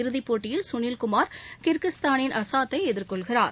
இறுதிப்போட்டியில் சுனில் குமார் கிர்கிஸ்தானின் அஸாத்தை எதிர்கொள்கிறார்